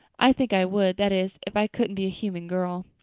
i think i would that is, if i couldn't be a human girl.